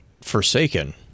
forsaken